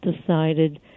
decided